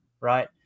right